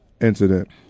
incident